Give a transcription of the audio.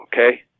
okay